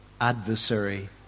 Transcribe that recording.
adversary